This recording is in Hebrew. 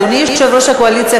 אדוני יושב-ראש הקואליציה,